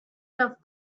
enough